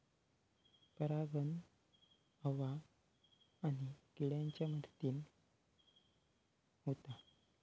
परागण हवा आणि किड्यांच्या मदतीन होता